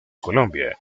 colombia